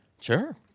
Sure